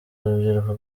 urubyiruko